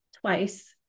twice